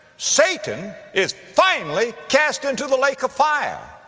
satan is finally cast into the lake of fire!